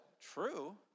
true